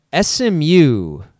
SMU